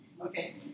Okay